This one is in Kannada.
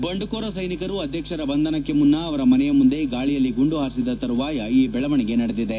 ಬಂಡುಕೋರ ಸೈನಿಕರು ಅಧ್ಯಕ್ಷರ ಬಂಧನಕ್ಕೆ ಮುನ್ನ ಅವರ ಮನೆಯ ಮುಂದೆ ಗಾಳಿಯಲ್ಲಿ ಗುಂಡು ಹಾರಿಸಿದ ತರುವಾಯ ಈ ಬೆಳವಣಿಗೆ ನಡೆದಿದೆ